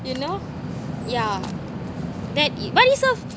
you know yeah that is but also